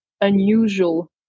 unusual